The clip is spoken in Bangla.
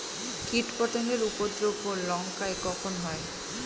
কীটপতেঙ্গর উপদ্রব লঙ্কায় কখন হয়?